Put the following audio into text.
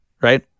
Right